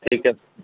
ঠিক আছে